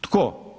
Tko?